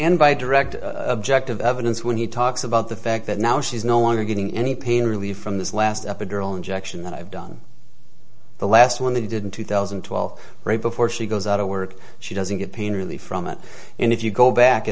by direct objective evidence when he talks about the fact that now she's no longer getting any pain relief from this last epidural injection that i've done the last one they did in two thousand and twelve right before she goes out of work she doesn't get pain relief from it and if you go back